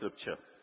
scripture